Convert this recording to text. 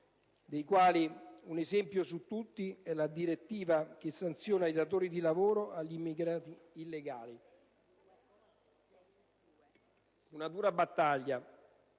dei quali un esempio su tutti è la direttiva che sanziona i datori di lavoro degli immigrati illegali. Una dura battaglia